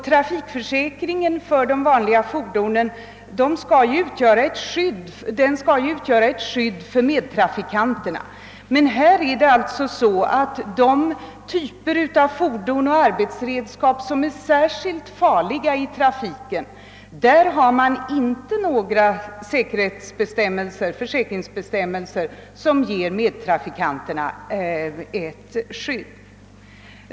Trafikförsäkringen för de vanliga fordonen skall ju utgöra ett skydd för medtrafikanterna, men för de typer av fordon och arbetsredskap, som är särskilt farliga i trafiken, har man alltså inte några försäkringsbestämmelser som ger medtrafikanterna ett skydd.